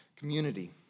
Community